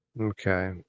Okay